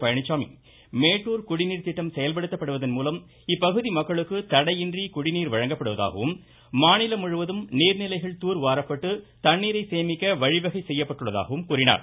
பழனிசாமி மேட்டுர் குடிநீர் திட்டம் செயல்படுத்தப்படுவதன்மூலம் இப்பகுதி மக்களுக்கு தடையின்றி குடிநீர் வழங்கப்படுவதாகவும் மாநிலம் முழுவதும் நீர்நிலைகள் வாரப்பட்டு தண்ணீரை வழிவகை தார் செய்யப்பட்டுள்ளதாகவும் கூறினார்